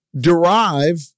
derive